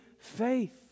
faith